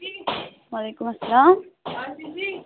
وعلیکُم اسلام